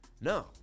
no